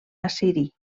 assiri